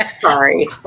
Sorry